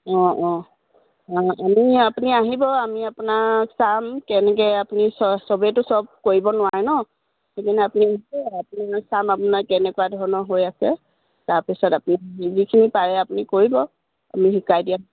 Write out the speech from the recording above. অঁ অঁ অঁ আমি আপুনি আহিব আমি আপোনাক চাম কেনেকৈ আপুনি চবেইেতো চব কৰিব নোৱাৰে ন সেইকাৰণে আপুনি আহিব আমি আপোনাক চাম আপোনাৰ কেনেকুৱা ধৰণৰ হৈ আছে তাৰপিছত আপুনি যিখিনি পাৰে আপুনি কৰিব আপুনি শিকাই দিয়াত